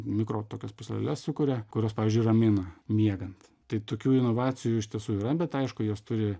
mikro tokias pūsleles sukuria kurios pavyzdžiui ramina miegant tai tokių inovacijų iš tiesų yra bet aišku jos turi